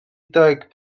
deg